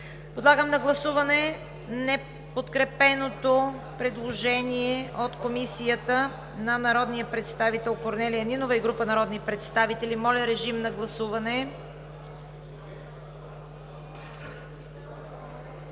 Подлагам на гласуване неподкрепеното предложение на народния представител Корнелия Нинова и група народни представители. Гласували